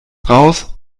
raus